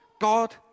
God